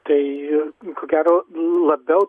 tai ko gero labiau